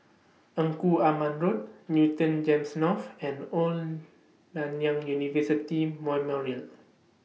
Engku Aman Road Newton Gems North and Old Nanyang University Memorial